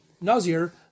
Nazir